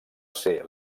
ser